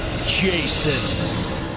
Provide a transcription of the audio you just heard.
Jason